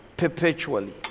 perpetually